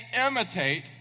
imitate